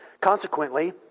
Consequently